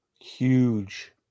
Huge